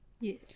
yes